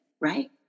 right